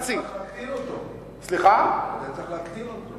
בגלל זה צריך להקטין אותו.